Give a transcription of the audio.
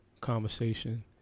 conversation